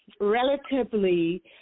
relatively